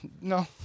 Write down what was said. no